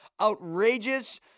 outrageous